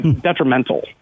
detrimental